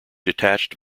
detached